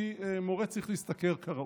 כי מורה צריך להשתכר כראוי.